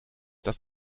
das